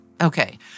Okay